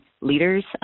leaders